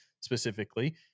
specifically